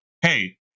hey